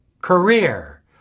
career